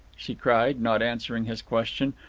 she cried, not answering his question,